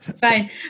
Fine